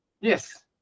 Yes